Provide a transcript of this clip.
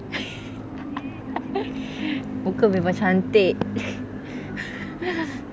muka memang cantik